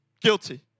guilty